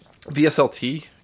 VSLT